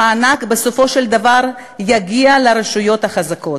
המענק בסופו של דבר יגיע לרשויות החזקות,